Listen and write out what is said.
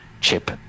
chip